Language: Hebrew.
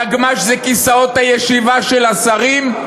הנגמ"ש זה כיסאות הישיבה של השרים?